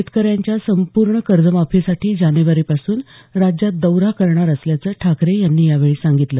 शेतकऱ्यांच्या संपूर्ण कर्जमाफीसाठी जानेवारीपासून राज्यात दौरा करणार असल्याचं ठाकरे यांनी यावेळी सांगितलं